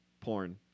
Porn